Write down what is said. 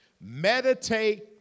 meditate